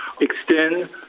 extend